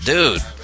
Dude